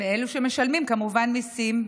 באלו שמשלמים כמובן מיסים,